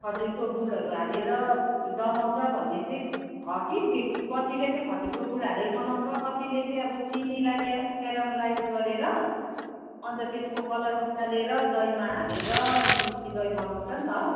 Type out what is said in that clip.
खजुरको गुडहरू हालेर जमाउँछ भन्ने चाहिँ छ कि त्यही कतिले चाहिँ खजुरको गुड हालेर बनाउँछ कतिले चाहिँ अब चिनीलाई के केरमलाइज गरेर अन्त त्यसको कलर निकालेर दहीमा हालेर मिस्टी दही बनाउँछ नि त